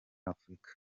afurika